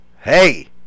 hey